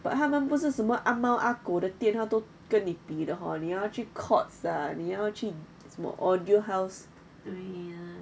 but 他们不是什么阿猫阿狗的店他都跟你比的 hor 你要去 Courts ah 你要去什么 Audio House